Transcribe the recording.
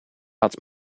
had